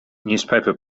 newspaper